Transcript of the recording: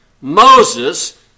Moses